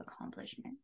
accomplishment